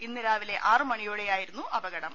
ഇന്ന് രാവിലെ ആറ് മണിയോടെയായിരുന്നു അപകടം